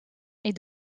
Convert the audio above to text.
est